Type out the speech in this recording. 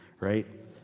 right